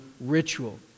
ritual